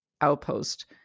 outpost